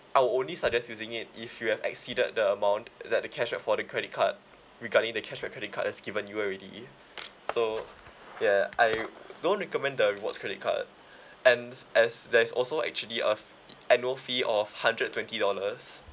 I will only suggest using it if you have exceeded the amount that the cashback for the credit card regarding the cashback credit card as given you already so ya I don't recommend the rewards credit card and as there's also actually a annual fee of hundred twenty dollars